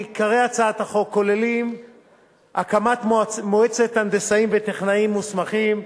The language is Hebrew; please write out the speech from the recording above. עיקרי הצעת החוק כוללים הקמת מועצת הנדסאים וטכנאים מוסמכים,